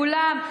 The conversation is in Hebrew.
כולם,